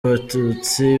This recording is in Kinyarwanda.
abatutsi